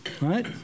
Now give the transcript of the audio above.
right